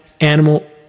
animal